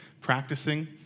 practicing